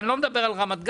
אני לא מדבר על רמת גן,